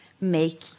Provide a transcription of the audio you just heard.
make